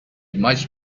much